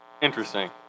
Interesting